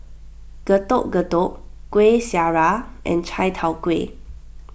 Getuk Getuk Kueh Syara and Chai Tow Kuay